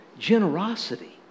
generosity